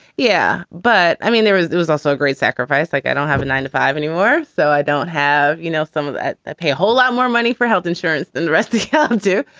yeah, but i mean, there was there was also a great sacrifice. like, i don't have a nine to five anymore, so i don't have, you know, some of that pay a whole lot more money for health insurance than the rest of do.